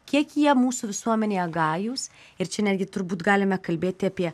kiek jie mūsų visuomenėje gajūs ir čia netgi turbūt galime kalbėti apie